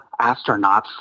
astronauts